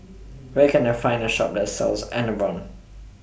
Where Can I Find A Shop that sells Enervon